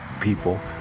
people